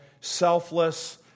selfless